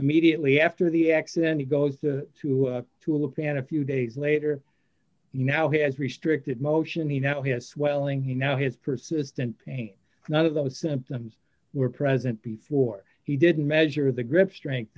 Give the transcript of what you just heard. immediately after the accident he goes to to to a pan a few days later he now has restricted motion he now has swelling he now has persistent pain none of those symptoms were present before he didn't measure the grip strength